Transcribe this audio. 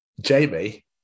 Jamie